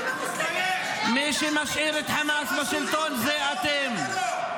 מי שמשאיר את חמאס בשלטון זה אתם.